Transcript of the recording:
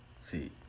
see